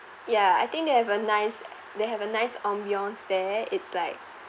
ya I think they have a nice they have a nice ambience there it's like